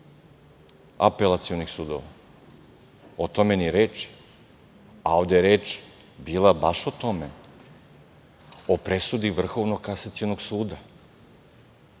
apelacionih sudova? O tome ni reči, a ovde je reč bila baš o tome, o presudi Vrhovnog kasacionog suda.